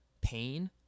pain